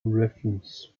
reference